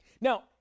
Now